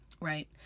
Right